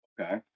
Okay